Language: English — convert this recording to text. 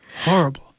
Horrible